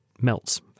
melts